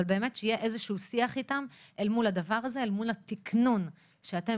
אבל שיהיה איזשהו שיח בעניין הזה של התיקנון שאתם